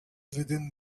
within